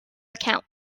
account